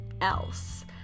else